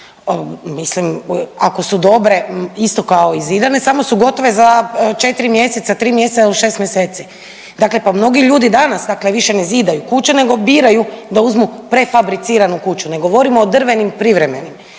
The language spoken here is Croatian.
mislim ako su dobre isto kao i zidane samo su gotove za četri mjeseca, tri mjeseca ili šest mjeseci. Dakle, pa mnogi ljudi danas više ne zidaju kuće nego biraju da uzmu prefabriciranu kuću, ne govorimo drvenim privremenim